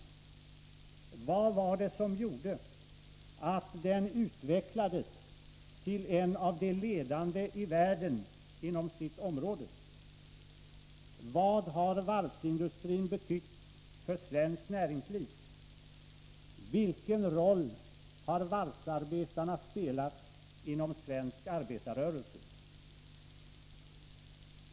Vad var det som gjorde att den utvecklades till en av de ledande i världen inom sitt område? Vad har varvsindustrin betytt för svenskt näringsliv? Vilken roll har varvsarbetarna spelat inom svensk arbetarrörelse?